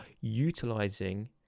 utilizing